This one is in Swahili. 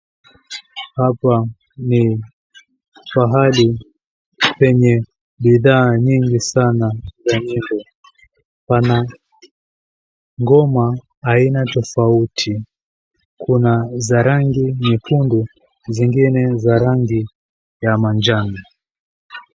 Hapa ni pahali penye bidhaa nyingi sana ya nyembe, pana ngoma aina za sauti, kuna za rangi nyekundu zingine za rangi za manjano.